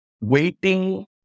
waiting